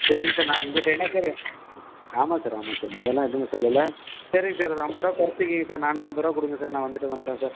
சரிங்க சார் நான் உங்கள்கிட்ட என்ன சார் ஆமாம் சார் ஆமாம் சார் நான் அதெல்லாம் எதுவுமே சொல்லல சரிங்க சார் ஒரு ஐம்பதுரூவா கொறைச்சிக்குங்க சார் நானூற்றம்பது ரூபா கொடுங்க சார் நான் வந்துட்டு வந்துடுறேன் சார்